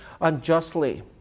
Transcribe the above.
unjustly